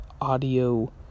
audio